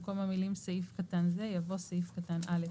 במקום המילים "סעיף קטן זה" יבוא "סעיף קטן (א2)